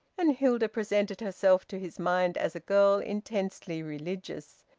and hilda presented herself to his mind as a girl intensely religious,